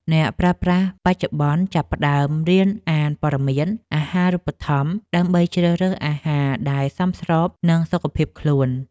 អ្នកប្រើប្រាស់បច្ចុប្បន្នចាប់ផ្តើមរៀនអានព័ត៌មានអាហារូបត្ថម្ភ ដើម្បីជ្រើសរើសអាហារដែលសមស្របនឹងសុខភាពខ្លួន។